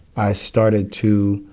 i started to.